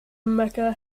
mecca